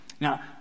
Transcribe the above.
Now